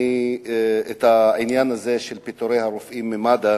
של פיטורי הרופאים ממד"א,